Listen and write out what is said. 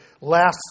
last